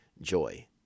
joy